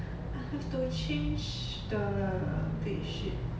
I have to change the bed sheet